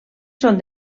són